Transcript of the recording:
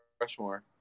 Rushmore